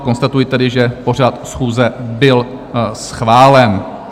Konstatuji tedy, že pořad schůze byl schválen.